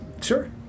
Sure